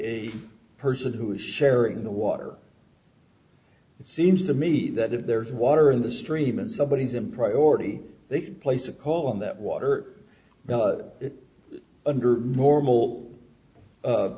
the person who is sharing the water it seems to me that if there's water in the stream and somebody has a priority they place a call on that water under normal